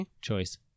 choice